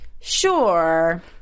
sure